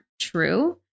true